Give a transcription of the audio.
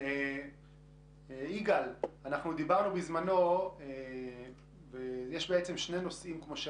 יגאל, בזמנו דיברנו על שני נושאים: